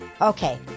Okay